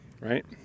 right